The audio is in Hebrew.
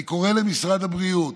אני קורא למשרד הבריאות,